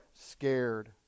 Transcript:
scared